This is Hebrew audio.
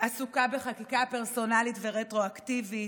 עסוקה בחקיקה פרסונלית ורטרואקטיבית,